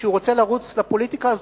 כשהוא רוצה לרוץ לפוליטיקה,